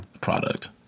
Product